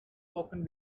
spoken